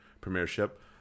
Premiership